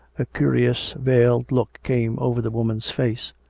a curious veiled look came over the woman's face.